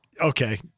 Okay